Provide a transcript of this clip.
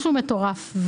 משהו מטורף.